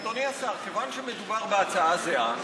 אדוני השר, כיוון שמדובר בהצעה זהה,